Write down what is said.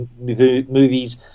movies